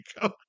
go